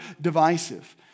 divisive